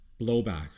blowback